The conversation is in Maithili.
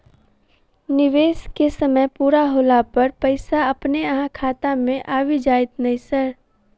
निवेश केँ समय पूरा होला पर पैसा अपने अहाँ खाता मे आबि जाइत नै सर?